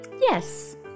Yes